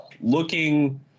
looking